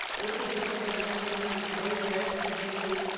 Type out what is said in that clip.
also because there won't be many days left for me to